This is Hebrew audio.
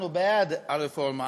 אנחנו בעד הרפורמה,